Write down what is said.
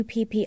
UPP